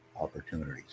opportunities